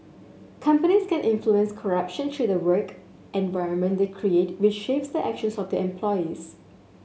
companies can influence corruption through the work environment they create which shapes the actions of their employees